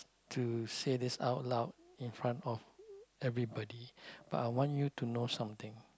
to say this out loud in front of everybody but I want you to know something